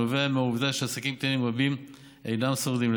הנובע מהעובדה שעסקים קטנים רבים אינם שורדים,